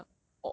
为什么